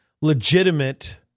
legitimate